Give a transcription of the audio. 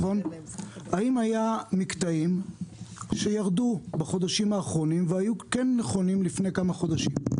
האם היו מקטעים שירדו בחודשים האחרונים והיו כן נכונים לפני כמה חודשים?